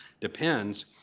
depends